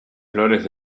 flores